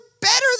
better